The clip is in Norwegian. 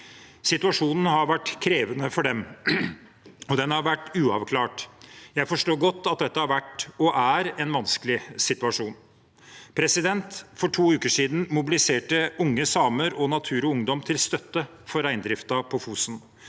Situasjonen har vært krevende for dem, og den har vært uavklart. Jeg forstår godt at dette har vært, og er, en vanskelig situasjon. For to uker siden mobiliserte unge samer og Natur og ungdom til støtte for reindriften på Fosen